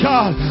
God